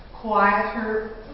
quieter